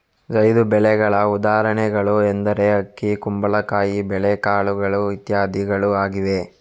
ಝೈದ್ ಬೆಳೆಗಳ ಉದಾಹರಣೆಗಳು ಎಂದರೆ ಅಕ್ಕಿ, ಕುಂಬಳಕಾಯಿ, ಬೇಳೆಕಾಳುಗಳು ಇತ್ಯಾದಿಗಳು ಆಗಿವೆ